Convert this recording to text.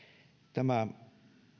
tämä